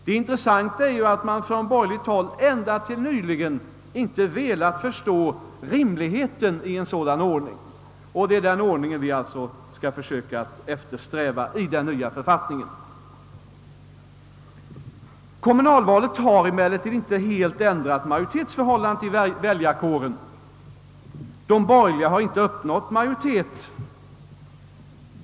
Det intressanta är att man från borgerligt håll ända till nyligen inte velat förstå rimligheten i en sådan ordning. Det är denna ordning vi alltså skall försöka eftersträva i den nya författningen. Kommunalvalet har emellertid inte helt ändrat majoritetsförhållandet i väljarkåren. De borgerliga har nämligen inte uppnått majoritet.